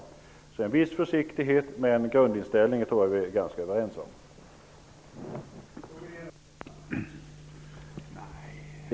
Vi bör alltså visa en viss försiktighet, även om jag tror att vi är ganska överens om grundinställningen.